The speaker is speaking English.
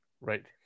Right